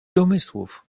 domysłów